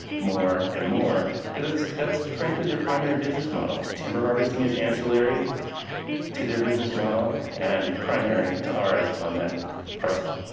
more and more because it's that's frankly, their primary business model timber harvesting is ancillary to their business model and primary to ours on that parcel.